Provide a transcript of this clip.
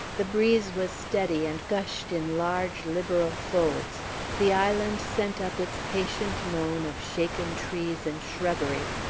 the breeze was steady, and gushed in large, liberal folds the island sent up its patient moan of shaken trees and shrubbery,